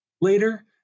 later